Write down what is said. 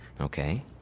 okay